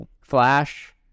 Flash